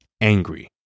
angry